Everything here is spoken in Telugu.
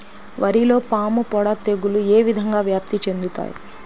వరిలో పాముపొడ తెగులు ఏ విధంగా వ్యాప్తి చెందుతాయి?